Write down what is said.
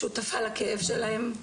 שותפה לכאב שלהם.